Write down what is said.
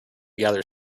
gather